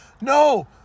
no